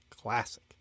Classic